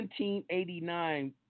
1789